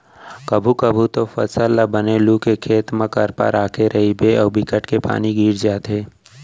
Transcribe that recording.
कभू कभू तो फसल ल बने लू के खेत म करपा राखे रहिबे अउ बिकट के पानी गिर जाथे